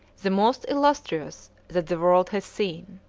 the most illustrious that the world has seen.